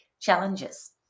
challenges